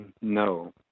No